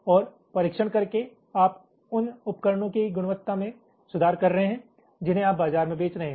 और परीक्षण करके आप उन उपकरणों की गुणवत्ता में सुधार कर रहे हैं जिन्हें आप बाजार में बेच रहे हैं